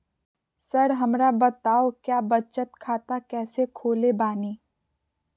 Sir हमरा बताओ क्या बचत खाता कैसे खोले बानी?